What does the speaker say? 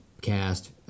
cast